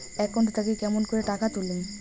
Account থাকি কেমন করি টাকা তুলিম?